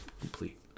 complete